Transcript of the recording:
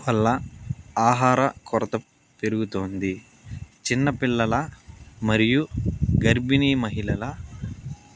వల్ల ఆహార కొరత పెరుగుతోంది చిన్న పిల్లల మరియు గర్భిణీ మహిళల